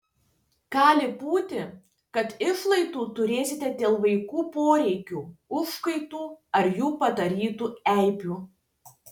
gali būti kad išlaidų turėsite dėl vaikų poreikių užgaidų ar jų padarytų eibių